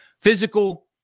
physical